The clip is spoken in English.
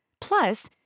Plus